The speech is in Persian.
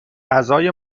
غذای